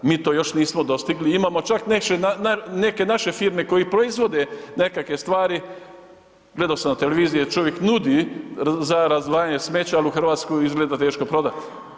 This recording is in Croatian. Mi to još nismo dostigli, imamo čak neke naše firme koje proizvode nekakve stvari, gledao sam televiziji, čovjek nudi za razdvajanje smeća ali u Hrvatsku je izgleda teško prodat.